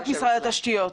רק משרד התשתיות.